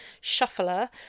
Shuffler